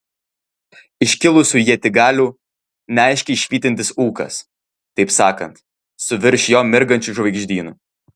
iškilusių ietigalių neaiškiai švytintis ūkas taip sakant su virš jo mirgančiu žvaigždynu